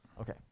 Okay